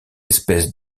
espèce